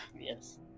Yes